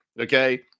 okay